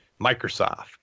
Microsoft